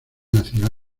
nacional